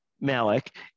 Malik